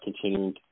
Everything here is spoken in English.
continuing